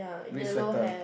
red sweater